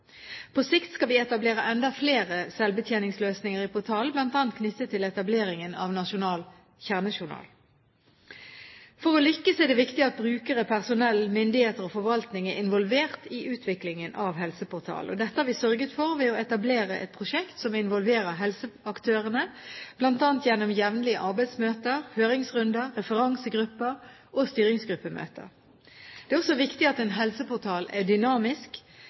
På sikt skal vi etablere enda flere selvbetjeningsløsninger i portalen, bl.a. knyttet til etableringen av en nasjonal kjernejournal. For å lykkes er det viktig at brukere, personell, myndigheter og forvaltning er involvert i utviklingen av helseportalen. Dette har vi sørget for ved å etablere et prosjekt som involverer helseaktørene, bl.a. gjennom jevnlige arbeidsmøter, høringsrunder, referansegruppemøter og styringsgruppemøter. Det er også viktig at en helseportal er dynamisk.